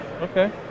Okay